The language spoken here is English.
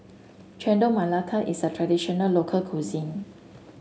Chendol Melaka is a traditional local cuisine